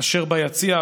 אשר ביציע,